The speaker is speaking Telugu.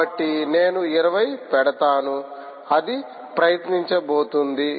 కాబట్టి నేను 20 పెడతాను అది ప్రయత్నించబోతోంది